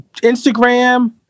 Instagram